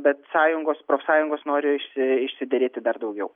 bet sąjungos profsąjungos nori išsi išsiderėti dar daugiau